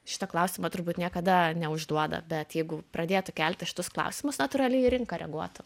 šito klausimo turbūt niekada neužduoda bet jeigu pradėtų kelti šitus klausimus natūraliai ir rinka reaguotų